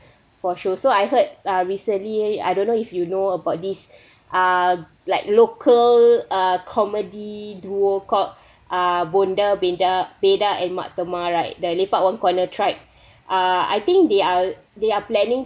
for show so I heard uh recently I don't know if you know about this are like local ah comedy duo called ah vonda winder vader and mata mah right they lepak one corner track ah I think they are they are planning